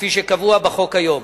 כפי שקבוע בחוק היום.